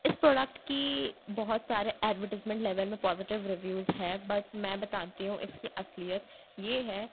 اس product کی بہت سارے ایڈورٹیزمنٹ لیول میں پازٹیو رویوز ہے بٹ میں بتاتی ہوں اس کی اصلیت یہ ہے